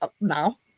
now